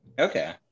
Okay